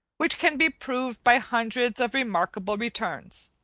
which can be proved by hundreds of remarkable returns.